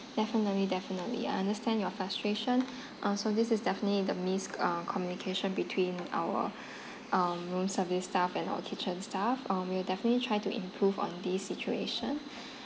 definitely definitely I understand your frustration uh so this is definitely the mis~ uh communication between our um room service staff and our kitchen staff um we'll definitely try to improve on this situation